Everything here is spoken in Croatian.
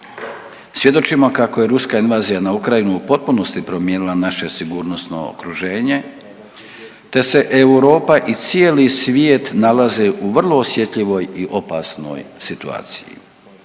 svjedočimo kako je ruska invazija na Ukrajinu u potpunosti promijenila naše sigurnosno okruženje, te se Europa i cijeli svijet nalaze u vrlo osjetljivoj i opasnoj situaciji.